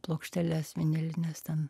plokšteles vinilines ten